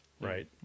right